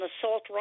assault